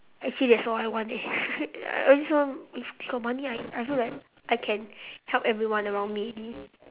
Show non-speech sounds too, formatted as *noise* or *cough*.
actually that's all I want eh *laughs* I just want got money I I feel like I can help everyone around me maybe